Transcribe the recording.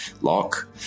Lock